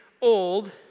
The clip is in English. old